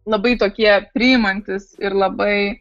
labai tokie priimantys ir labai